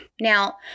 now